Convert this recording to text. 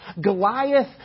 Goliath